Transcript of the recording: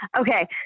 Okay